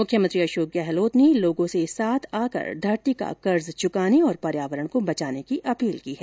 मुख्यमंत्री अशोक गहलोत ने लोगों से साथ आकर धरती का कर्ज चुकाने और पर्यावरण को बचाने की अपील की है